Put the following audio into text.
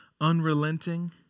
unrelenting